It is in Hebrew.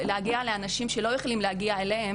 אל אנשים שלא יכולים להגיע אליהם